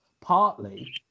Partly